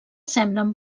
semblen